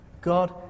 God